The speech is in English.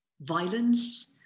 violence